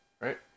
right